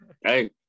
Hey